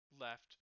left